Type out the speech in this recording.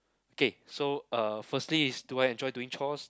okay so uh firstly is do I enjoy doing chores